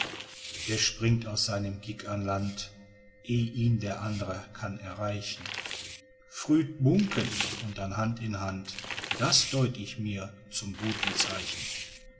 der springt aus seinem gigg an land eh ihn der andre kann erreichen früd buncken und dann hand in hand das deut ich mir zum guten zeichen